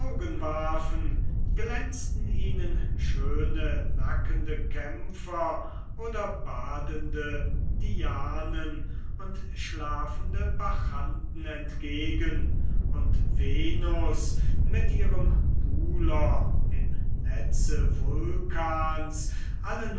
glänzten ihnen schöne nackende kämpfer oder badende dianen und schlafende bacchanten entgegen und venus mit ihrem buhler im netze vulcans